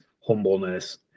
humbleness